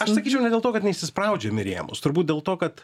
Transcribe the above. aš sakyčiau ne dėl to kad neįsispraudžiam į rėmus turbūt dėl to kad